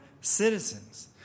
citizens